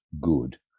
good